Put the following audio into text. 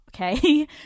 Okay